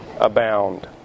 abound